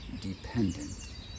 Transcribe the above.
dependent